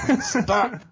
stop